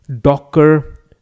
Docker